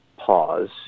pause